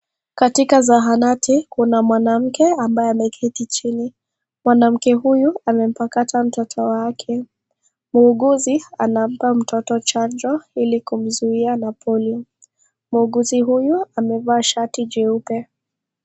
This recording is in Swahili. Katika zahanati, kuna mwanamke ambaye ameketi chini. Mwanamke huyu amempakata mtoto wake. Muuguzi, anampa mtoto chanjo, ili kuzuia na polio. Muuguzi huyu, amevaa shati jeupe.